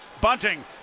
Bunting